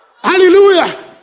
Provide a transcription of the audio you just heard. Hallelujah